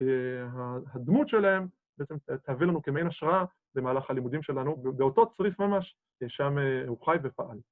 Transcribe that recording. ‫שהדמות שלהם בעצם תביא לנו ‫כמעין השראה במהלך הלימודים שלנו, ‫באותו צריף ממש, ‫שם הוא חי ופעל.